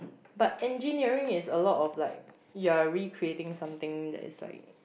but engineering is a lot of like you are recreating something that is like